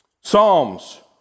Psalms